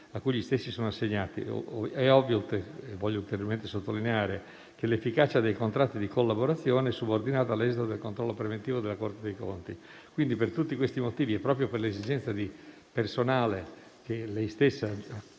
a cui gli stessi sono assegnati. Voglio ulteriormente sottolineare che l'efficacia dei contratti di collaborazione è subordinata all'esito del controllo preventivo della Corte dei conti. Quindi, per tutti questi motivi e proprio per l'esigenza di personale che lei stessa